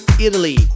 Italy